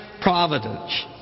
providence